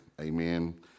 amen